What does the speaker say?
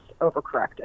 overcorrected